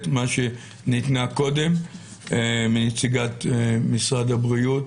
ממה שניתנה קודם מנציגת משרד הבריאות.